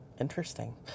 Interesting